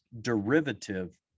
derivative